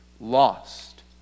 lost